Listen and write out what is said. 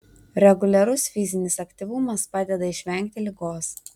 reguliarus fizinis aktyvumas padeda išvengti ligos